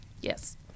Yes